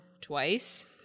twice